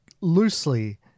loosely